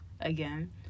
again